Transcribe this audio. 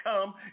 come